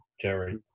Jerry